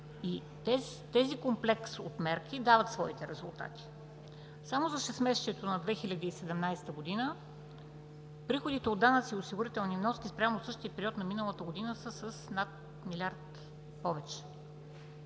Този комплекс от мерки дава своите резултати. Само за шестмесечието на 2017 г. приходите от данъци и осигурителни вноски спрямо същия период на миналата година са с над милиард повече.